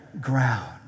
ground